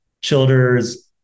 Childers